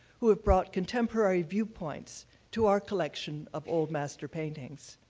who have brought contemporary viewpoints to our collection of old master paintings.